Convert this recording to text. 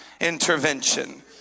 intervention